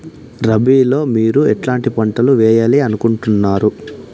రబిలో మీరు ఎట్లాంటి పంటలు వేయాలి అనుకుంటున్నారు?